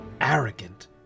arrogant